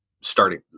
starting